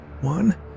One